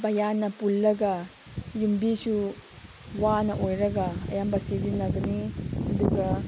ꯄꯩꯌꯥꯅ ꯄꯨꯜꯂꯒ ꯌꯨꯝꯕꯤꯁꯨ ꯋꯥꯅ ꯑꯣꯏꯔꯒ ꯑꯌꯥꯝꯕ ꯁꯤꯖꯤꯟꯅꯕꯅꯤ ꯑꯗꯨꯒ